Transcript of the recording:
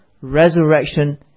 resurrection